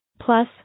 Plus